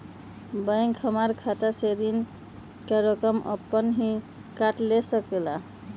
Bank हमार खाता से ऋण का रकम अपन हीं काट ले सकेला?